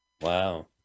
Wow